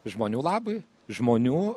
žmonių labui žmonių